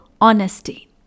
honesty